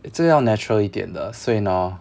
eh 这样 natural 一点的所以呢